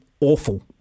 awful